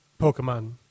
Pokemon